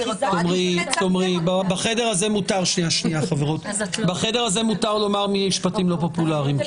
--- בחדר הזה מותר להגיד משפטים לא פופולריים.